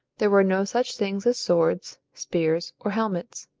there were no such things as swords, spears, or helmets.